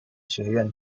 学院